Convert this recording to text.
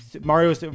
Mario